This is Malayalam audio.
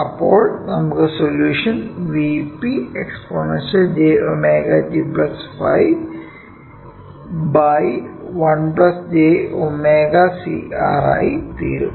അപ്പോൾ നമ്മുടെ solution Vp exponential j ω t ϕ 1 j ω CR ആയി തീരും